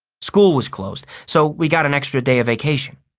school was closed, so we got an extra day of vacation.